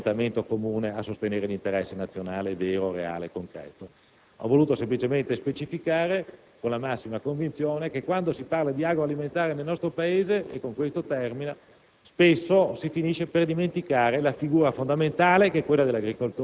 quando si parla di agricoltura in Parlamento, in genere vi è un orientamento comune a sostenere l'interesse nazionale vero, reale e concreto. Ho voluto semplicemente specificare con la massima convinzione che quando si parla del settore agroalimentare, nel nostro Paese spesso si